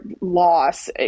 loss